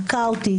הכאוטית,